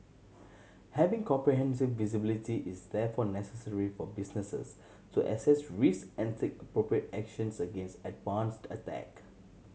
having comprehensive visibility is therefore necessary for businesses to assess risk and take appropriate actions against advanced attack